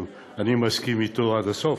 שאני מסכים לו עד הסוף,